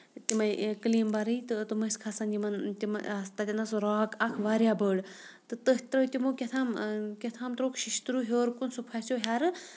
تِمے کٕلیمبَرٕے تہٕ تِم ٲسۍ کھسان یِمن تِم تَتٮ۪ن آسۍ راک اکھ واریاہ بٔڑ تہٕ تٔتھۍ ترٲوو تِمو کیاہ تھام کیاہ تھام تراووُکھ شیشتٕرو ہیٚور کُن سُہ پھسیوو ہیرِ